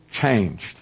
changed